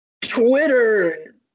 Twitter